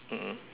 mm mm